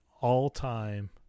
all-time